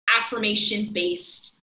affirmation-based